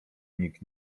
nikt